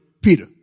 Peter